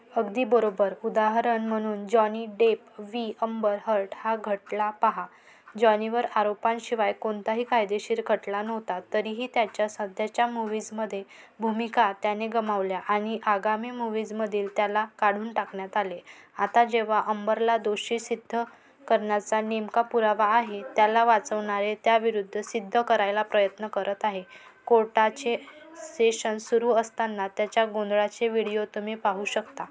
अगदी बरोबर उदाहरण म्हणून Johnny Depp v Amber Heard हा खटला पहा जॉनीवर आरोपांशिवाय कोणताही कायदेशीर खटला नव्हता तरीही त्याच्या सध्याच्या मुव्हीजमधील भूमिका त्याने गमावल्या आणि आगामी मुव्हीजमधूनही त्याला काढून टाकण्यात आले आता जेव्हा अंबरला दोषी सिद्ध करण्याचा नेमका पुरावा आहे त्याला वाचवणारे त्याविरुद्ध सिद्ध करायला प्रयत्न करत आहे कोर्टाचे सेशन सुरू असताना त्यांच्या गोंधळाचे व्हिडीओ तुम्ही पाहू शकता